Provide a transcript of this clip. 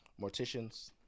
morticians